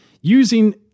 using